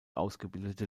ausgebildete